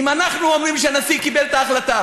אם אנחנו אומרים שהנשיא קיבל את ההחלטה